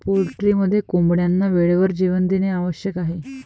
पोल्ट्रीमध्ये कोंबड्यांना वेळेवर जेवण देणे आवश्यक आहे